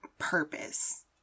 purpose